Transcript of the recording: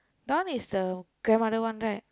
that one is the grandmother one right